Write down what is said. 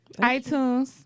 iTunes